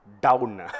down